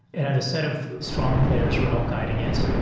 it had a set of strong players who helped guiding it.